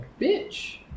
bitch